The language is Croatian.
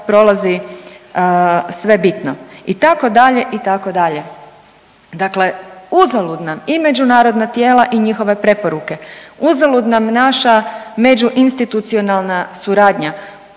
prolazi sve bitno, itd., itd.. Dakle, uzalud nam i međunarodna tijela i njihove preporuke, uzalud nam naša međuinstitucionalna suradnja,